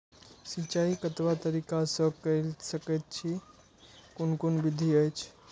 सिंचाई कतवा तरीका स के कैल सकैत छी कून कून विधि अछि?